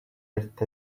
ერთ